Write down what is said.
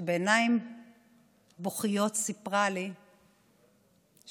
שבעיניים בוכיות סיפרה לי שאביה